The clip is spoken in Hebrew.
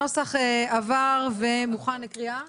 הנוסח עבר ומוכן לקריאה הראשונה.